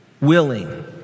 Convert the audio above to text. willing